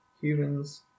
humans